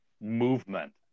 movement